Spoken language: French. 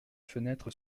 fenêtre